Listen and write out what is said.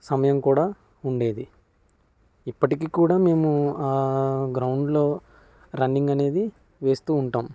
సమయం కూడా ఉండేది ఇప్పటికి కూడా మేము గ్రౌండ్లో రన్నింగ్ అనేది వేస్తు ఉంటాం